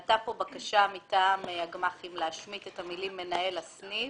עלתה כאן בקשה מטעם הגמ"חים להשמיט את המילים "מנהל סניף"